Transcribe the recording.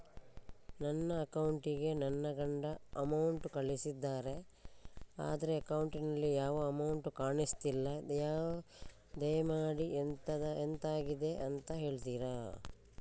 ನನ್ನ ಅಕೌಂಟ್ ಗೆ ನನ್ನ ಗಂಡ ಅಮೌಂಟ್ ಕಳ್ಸಿದ್ದಾರೆ ಆದ್ರೆ ಅಕೌಂಟ್ ನಲ್ಲಿ ಯಾವ ಅಮೌಂಟ್ ಕಾಣಿಸ್ತಿಲ್ಲ ದಯಮಾಡಿ ಎಂತಾಗಿದೆ ಅಂತ ಹೇಳ್ತೀರಾ?